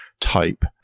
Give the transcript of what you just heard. type